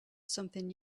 something